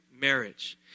marriage